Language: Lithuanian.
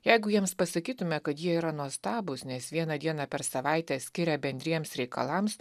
jeigu jiems pasakytume kad jie yra nuostabūs nes vieną dieną per savaitę skiria bendriems reikalams